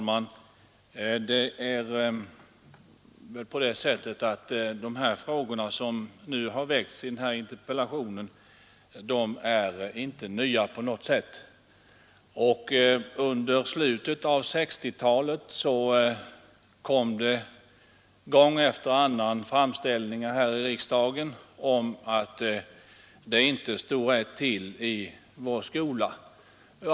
Herr talman! Frågorna som väckts i den här interpellationen är inte nya på något sätt. Under slutet av 1960-talet kom det gång efter annan framställningar här i riksdagen om att det inte stod rätt till i vår skola.